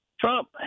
Trump